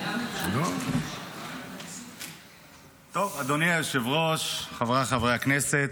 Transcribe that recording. טוב, אדוני היושב-ראש, חבריי חברי הכנסת,